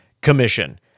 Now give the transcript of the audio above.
Commission